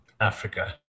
Africa